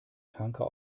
tanker